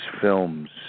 films